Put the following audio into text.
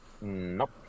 Nope